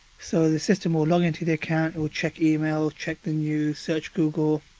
so the system will login to the account, it will check emails, check the news, search google.